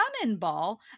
cannonball